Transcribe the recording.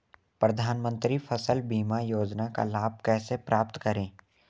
प्रधानमंत्री फसल बीमा योजना का लाभ कैसे प्राप्त करें?